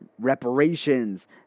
reparations